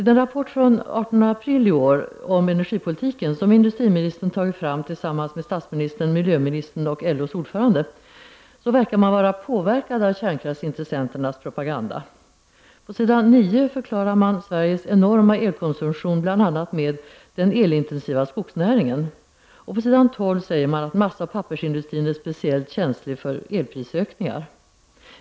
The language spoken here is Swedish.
Den rapport från den 18 april i år om energipolitiken som industriministern tagit fram tillsammans med statsministern, miljöministern och LOs ordförande, ger intryck av att man är påverkad av kärnkraftsintressenternas propaganda. På s. 9 förklarar man att Sveriges enorma elkonsumtion bl.a. beror på den elintensiva skogsnäringen. Och på s. 12 säger man att massaoch pappersindustrin är speciellt känslig för elprishöjningar.